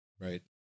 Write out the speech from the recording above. Right